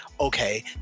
okay